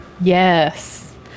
Yes